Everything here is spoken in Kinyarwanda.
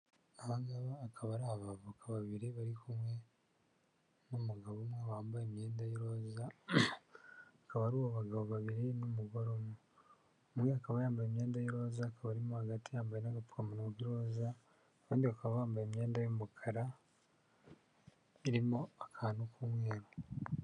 Aha ngaba akaba ari abavoka babiri bari kumwe n'umugabo umwe wambaye imyenda y'iroza, akaba ari abagabo babiri n'umugore umwe. Umwe akaba yambaye imyenda y'iroza, akaba arimo hagati yambaye n'agapfukamunwa k'iroza, abandi bakaba bambaye imyenda y'umukara irimo akantu k'umweru.